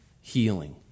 healing